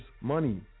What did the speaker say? money